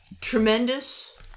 tremendous